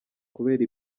kubera